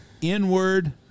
inward